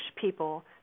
people